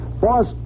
Boss